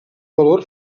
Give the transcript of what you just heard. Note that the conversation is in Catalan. valor